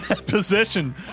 Possession